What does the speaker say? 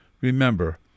Remember